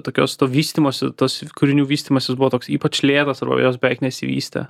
tokios to vystymosi tas kūrinių vystymasis buvo toks ypač lėtas arba jos beveik nesivystė